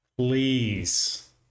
Please